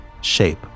shape